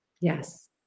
Yes